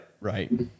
Right